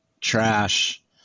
trash